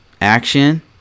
action